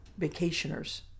vacationers